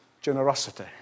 generosity